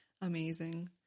amazing